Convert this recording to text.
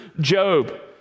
Job